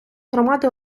громади